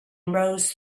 rows